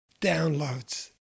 downloads